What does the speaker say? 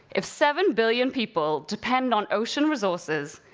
if seven billion people depend on ocean resources,